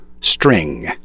string